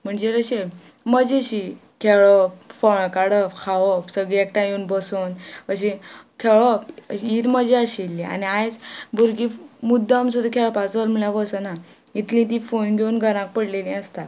म्हणजे अशें मजाशी खेळप फळां काडप खावप सगळी एकठांय येवन बसोन अशी खेळप हीच मजा आशिल्ली आनी आयज भुरगीं मुद्दम सुद्दां खेळपाचो म्हळ्यार वसना इतली ती फोन घेवन घराक पडलेली आसता